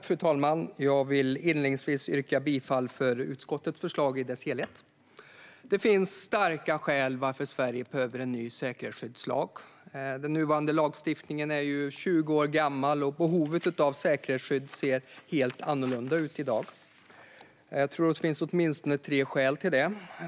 Fru talman! Jag vill inledningsvis yrka bifall till utskottets förslag i dess helhet. Det finns starka skäl för att Sverige behöver en ny säkerhetsskyddslag. Den nuvarande lagstiftningen är 20 år gammal, och behovet av säkerhetsskydd ser helt annorlunda ut i dag. Det finns åtminstone tre skäl till det.